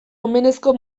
omenezko